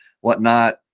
whatnot